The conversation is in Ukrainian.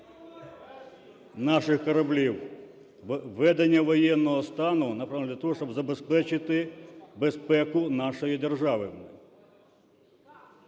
…наших кораблів. Введення воєнного стану направлене для того, щоб забезпечити безпеку нашої держави.